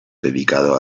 dedicado